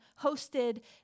hosted